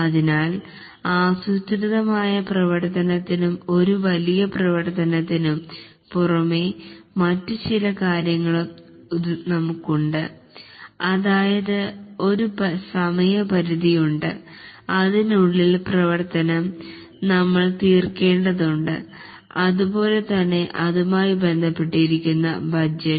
അതിനാൽ അസ്രൂതിതമായ പ്രവർത്തനത്തിനും ഒരു വലിയ പ്രവർത്തനത്തിനും പുറമെ മറ്റു ചില കാര്യങ്ങളും നമുക്കു ഉണ്ട് അതായതു ഒരു സമയപരിധി ഉണ്ട് അതിനുള്ളിൽ പ്രവർത്തനം നമ്മൾ തീർക്കേണ്ടതുണ്ട് അതുപോലെ തന്നെ അതുമായി ബന്ധപ്പെട്ടിരിക്കുന്ന ബജറ്റ്